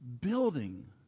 building